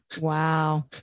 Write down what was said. Wow